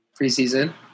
Preseason